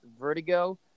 vertigo